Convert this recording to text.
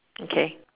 okay